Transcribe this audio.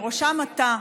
ובראשם אתה,